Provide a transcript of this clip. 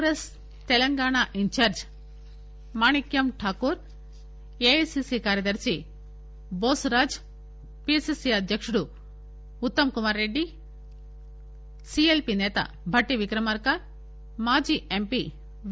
కాంగ్రెస్ తెలంగాణ ఇన్ఫార్టి మాణిక్సం రాకూర్ ఏఐసీసి కార్యదర్శి బోసురాజ్పిసిసి అధ్యకుడు ఉత్తమ్ కుమార్ రెడ్డి సిఎల్పి నేత బట్టి విక్రమార్క మాజి ఎంపి వి